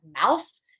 mouse